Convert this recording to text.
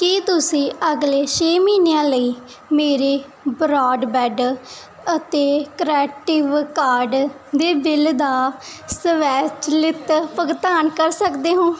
ਕੀ ਤੁਸੀਂਂ ਅਗਲੇ ਛੇ ਮਹੀਨਿਆਂ ਲਈ ਮੇਰੇ ਬਰਾਡਬੈਡ ਅਤੇ ਕਰੈਟਿਵ ਕਾਰਡ ਦੇ ਬਿੱਲ ਦਾ ਸਵੈ ਚਲਿਤ ਭੁਗਤਾਨ ਕਰ ਸਕਦੇ ਹੋ